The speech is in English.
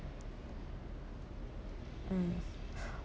mm